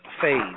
phase